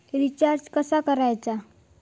Recharge कसा करायचा?